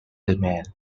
demand